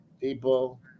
people